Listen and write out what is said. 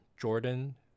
Jordan